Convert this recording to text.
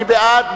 מי בעד?